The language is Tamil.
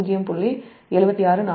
7644 p